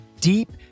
deep